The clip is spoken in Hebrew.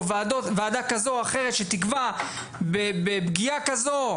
או ועדה כזו או אחרת שתקבע בפגיעה כזו,